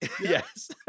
Yes